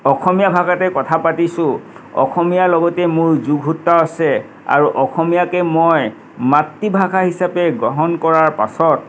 অসমীয়া ভাষাতেই কথা পাতিছোঁ অসমীয়া লগতেই মোৰ যোগসূত্ৰ আছে আৰু অসমীয়াকেই মই মাতৃভাষা হিচাপে গ্ৰহণ কৰাৰ পাছত